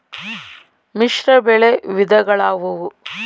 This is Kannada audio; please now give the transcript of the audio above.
ಮಿಶ್ರಬೆಳೆ ವಿಧಗಳಾವುವು?